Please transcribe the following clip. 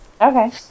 okay